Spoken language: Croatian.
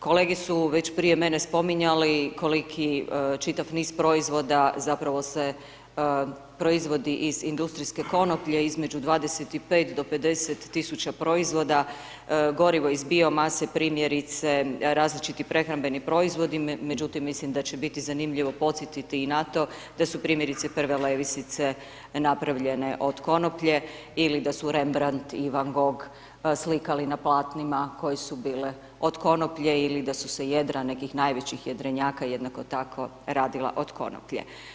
Kolege su već prije mene spominjali, koliki čitav niz proizvoda zapravo se proizvodi iz industrijske konoplje, između 25 do 50 tisuća proizvoda, gorivo iz bio mase, primjerice različiti prehrambeni proizvodi, međutim mislim da će biti zanimljivo i podsjetiti i na to da su primjerice, prve Levisice napravljene od konoplje ili da su Rembrandt ili Van Gogh slikali na platnima koji su bile od konoplje ili da su se jedra nekih najvećih jedrenjaka jednako tako radila od konoplje.